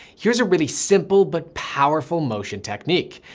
here's a really simple but powerful motion technique.